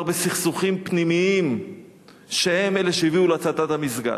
בסכסוכים פנימיים שהם אלה שהביאו להצתת המסגד.